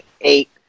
eight